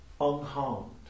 unharmed